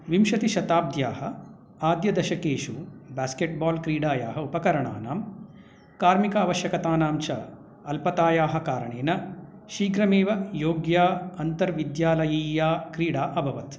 विंशतिशताब्द्याः आद्यदशकेषु basketball क्रीडायाः उपकरणानां कार्मिकावश्यकतानां च अल्पतायाः कारणेन शीघ्रमेव योग्य अन्तर्विद्यालयीया क्रीडा अभवत्